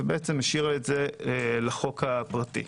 ומשאיר את זה לחוק הפרטי.